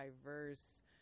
diverse